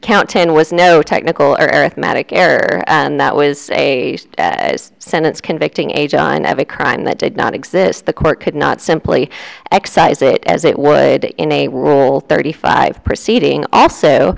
count ten was no technical arithmetic air and that was a sentence convicting age on every crime that did not exist the court could not simply excise it as it would in a rule thirty five proceeding also